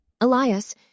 Elias